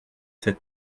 sept